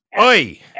Oi